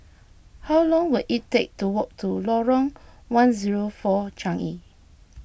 how long will it take to walk to Lorong one zero four Changi